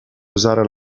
usare